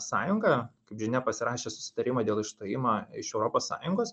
sąjunga kaip žinia pasirašė susitarimą dėl išstojima iš europos sąjungos